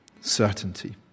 certainty